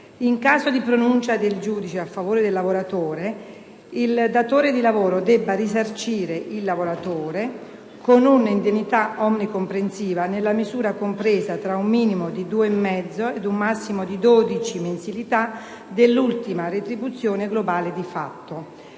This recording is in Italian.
in caso di pronuncia del giudice a favore del lavoratore, il datore di lavoro debba risarcire il lavoratore con un'indennità onnicomprensiva nella misura compresa tra un minimo di 2,5 ed un massimo di 12 mensilità dell'ultima retribuzione globale di fatto.